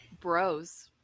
bros